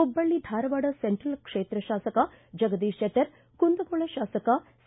Hubballi Dharwad central ಕ್ಷೇತ್ರ ಶಾಸಕ ಜಗದೀಶ್ ಶೆಟ್ಟರ್ ಕುಂದಗೋಳ ಶಾಸಕ ಸಿ